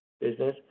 business